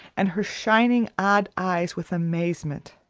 and her shining, odd eyes with amazement.